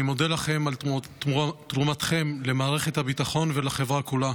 אני מודה לכם על תרומתכם למערכת הביטחון ולחברה כולה.